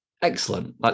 Excellent